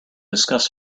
discuss